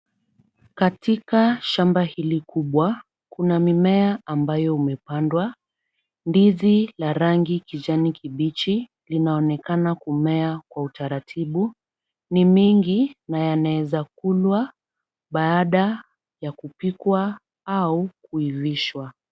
katika shamba hili kubwa, kuna mimea ambayo imepandwa. Ndizi la rangi linaonekana kumea kwa utaratibu. Ni mingi na zinawezaliwa baada ya kupikwa au kuivishwa.